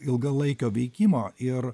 ilgalaikio veikimo ir